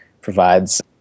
provides